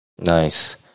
Nice